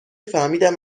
فهمیدم